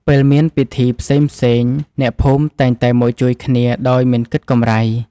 ពេលមានពិធីផ្សេងៗ អ្នកភូមិតែងតែមកជួយគ្នាដោយមិនគិតកម្រៃ។